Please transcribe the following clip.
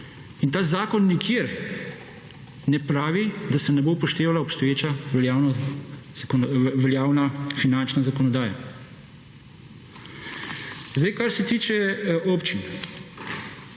In ta zakon nikjer ne pravi, da se ne bo upoštevala obstoječa veljavna finančna zakonodaja. Zdaj kar se tiče občin.